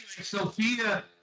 Sophia